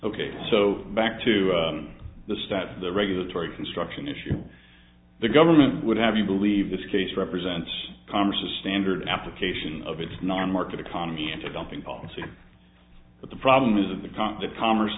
ok so back to the status of the regulatory construction issue the government would have you believe this case represents congress standard application of its non market economy into dumping policy but the problem isn't the pot to commerce